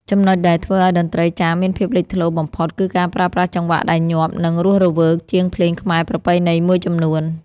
ចំណុចដែលធ្វើឱ្យតន្ត្រីចាមមានភាពលេចធ្លោបំផុត គឺការប្រើប្រាស់ចង្វាក់ដែលញាប់ និងរស់រវើកជាងភ្លេងខ្មែរប្រពៃណីមួយចំនួន។